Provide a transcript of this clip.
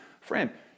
Friend